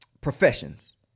professions